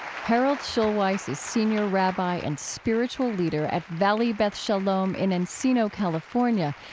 harold schulweis is senior rabbi and spiritual leader at valley beth shalom in encino, california,